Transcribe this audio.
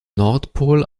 nordpol